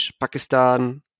Pakistan